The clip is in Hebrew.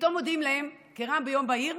פתאום מודיעים להן כרעם ביום בהיר: